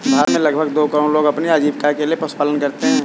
भारत में लगभग दो करोड़ लोग अपनी आजीविका के लिए पशुपालन करते है